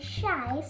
shy